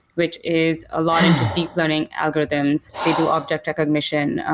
which is a lot into deep learning algorithms. they do objective recognition,